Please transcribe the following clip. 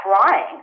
crying